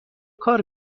کار